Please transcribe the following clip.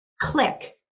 Click